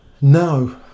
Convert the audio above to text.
No